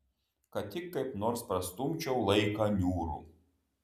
kad tik kaip nors prastumčiau laiką niūrų